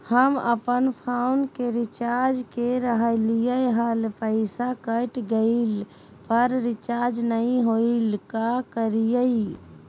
हम अपन फोन के रिचार्ज के रहलिय हल, पैसा कट गेलई, पर रिचार्ज नई होलई, का करियई?